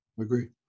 agree